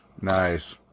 Nice